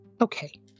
okay